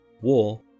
war